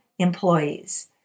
employees